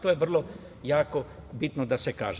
To je vrlo jako bitno da se kaže.